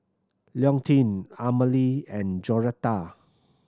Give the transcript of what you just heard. Leontine Amalie and Joretta